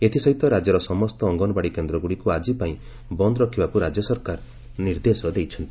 ଏଥିସହିତ ରାଜ୍ୟର ସମସ୍ତ ଅଙ୍ଗନବାଡି କେନ୍ଦ୍ରଗୁଡ଼ିକୁ ଆଜିପାଇଁ ବନ୍ଦ ରଖିବାକୁ ରାଜ୍ୟ ସରକାର ନିର୍ଦ୍ଦେଶ ଦେଇଛନ୍ତି